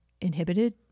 inhibited